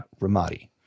Ramadi